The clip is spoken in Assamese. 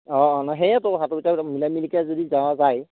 অঁ অঁ ন' সেয়েতো কথাটো এতিয়া মিলা মিলিকে যদি যাৱা যায়